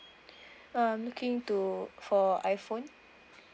I'm looking to for iphone